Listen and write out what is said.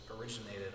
originated